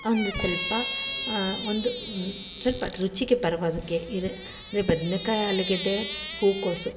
ಒಂದು ಸ್ವಲ್ಪ ಒಂದು ಸ್ವಲ್ಪ ರುಚಿಗೆ ಅಂದರೆ ಬದ್ನೇಕಾಯಿ ಆಲೂಗೆಡ್ಡೆ ಹೂಕೋಸು